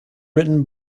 written